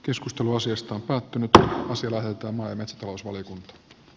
keskustelu asiasta on päättynyt ässille voittoa malmöstä oslo koulutus